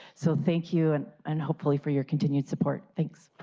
so thank you and hopefully for your continued support. thanks.